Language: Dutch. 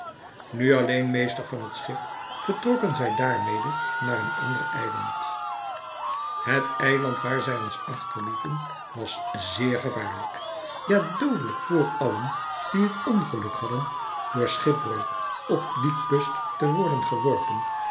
nu alleen meester van het schip vertrokken zij daarmede naar een ander eiland het eiland waar zij ons achterlieten was zeer gevaarlijk ja doodelijk voor allen die het ongeluk hadden door schipbreuk op die kust te worden geworpen